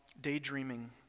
daydreaming